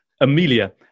Amelia